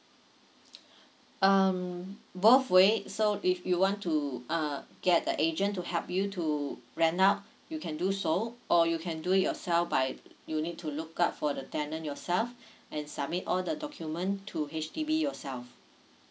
um both way so if you want to uh get the agent to help you to rent out you can do so or you can do it yourself by you need to look out for the tenant yourself and submit all the document to H_D_B yourself